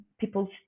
people's